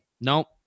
Nope